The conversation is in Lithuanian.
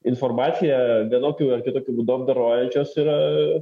informaciją vienokiu ar kitokiu būdu apdorojančios yra